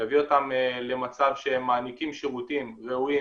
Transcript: להביא אותם למצב שהם מעניקים שירותים ראויים